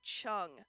Chung